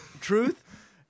truth